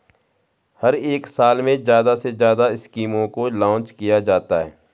हर एक साल में ज्यादा से ज्यादा स्कीमों को लान्च किया जाता है